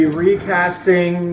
recasting